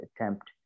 attempt